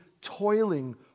toiling